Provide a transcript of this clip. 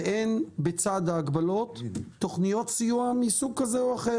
ואין בצד ההגבלות תוכניות סיוע מסוג כזה או אחר.